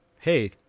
hey